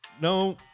no